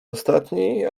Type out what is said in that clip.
ostatni